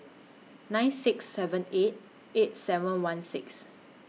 nine six seven eight eight seven one six